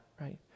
right